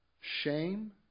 shame